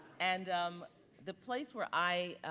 and um the place where i